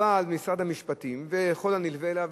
אבל משרד המשפטים וכל הנלווה אליו,